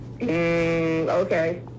Okay